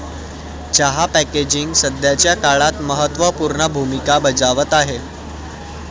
चहा पॅकेजिंग सध्याच्या काळात महत्त्व पूर्ण भूमिका बजावत आहे